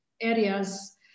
areas